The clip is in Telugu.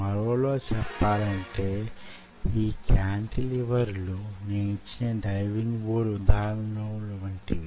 మరోలా చెప్పాలంటే యీ క్యాంటిలివర్ లు నేనిచ్చిన డైవింగ్ బోర్డు ఉదాహరణలో వంటివి